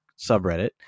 subreddit